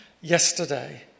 yesterday